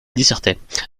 dissertait